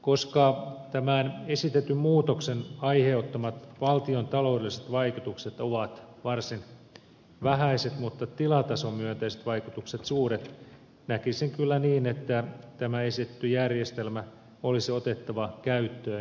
koska tämän esitetyn muutoksen aiheuttamat valtiontaloudelliset vaikutukset ovat varsin vähäiset mutta tilatason myönteiset vaikutukset suuret näkisin kyllä niin että tämä esitetty järjestelmä olisi otettava käyttöön toistaiseksi